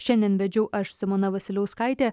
šiandien vedžiau aš simona vasiliauskaitė